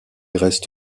reste